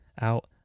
out